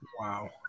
Wow